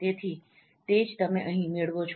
તેથી તે જ તમે અહીં મેળવો છો